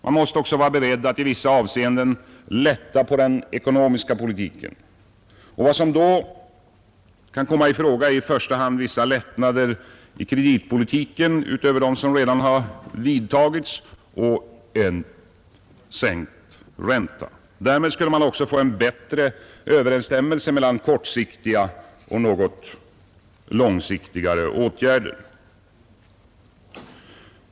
Man måste också vara beredd att i vissa avseenden lätta på den ekonomiska politiken. Vad som då kan komma i fråga är i första hand vissa lättnader i kreditpolitiken utöver dem som redan har genomförts, och en räntesänkning. Därmed skulle man också få en bättre överensstämmelse mellan kortsiktiga och något långsiktigare åtgärder.